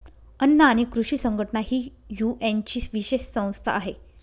अन्न आणि कृषी संघटना ही युएनची विशेष संस्था आहे